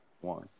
One